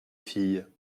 fille